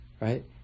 right